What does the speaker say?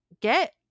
get